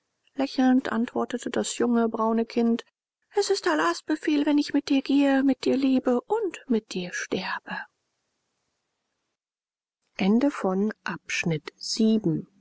lächelnd antwortete das junge braune kind es ist allahs befehl daß ich mit dir gehe mit dir lebe und mit dir sterbe